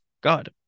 God